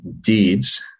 deeds